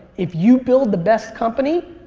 if you build the best company